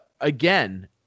again